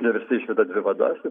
vieversiai išveda dvi vadas ir